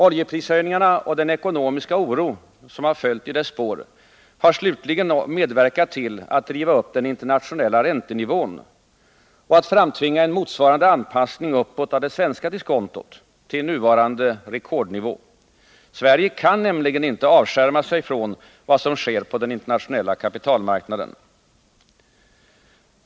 Oljeprishöjningarna och den ekonomiska oro som har följt i deras spår har slutligen medverkat till att driva upp den internationella räntenivån och att framtvinga en motsvarande anpassning uppåt av det svenska diskontot till nuvarande rekordnivå. Sverige kan nämligen inte avskärma sig från vad som sker på den internationella kapitalmarknaden.